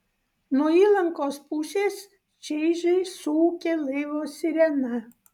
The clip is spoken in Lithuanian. nuo įlankos pusės čaižiai suūkė laivo sirena